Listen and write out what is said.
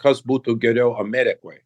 kas būtų geriau amerikoj